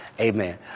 Amen